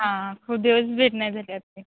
हां खूप दिवस भेट नाही झाली आपली